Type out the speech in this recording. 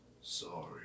Sorry